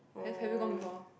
have have you gone before